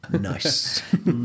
Nice